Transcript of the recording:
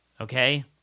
Okay